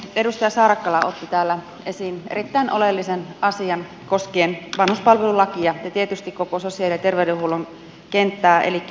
edustaja saarakkala otti täällä esiin erittäin oleellisen asian koskien vanhuspalvelulakia ja tietysti koko sosiaali ja terveydenhuollon kenttää elikkä henkilökunnan